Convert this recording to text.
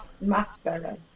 Maspero